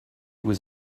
was